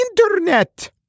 Internet